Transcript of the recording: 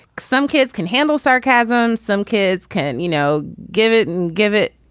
some kids can handle sarcasm. some kids can you know give it and give it.